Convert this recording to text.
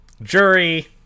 Jury